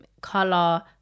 color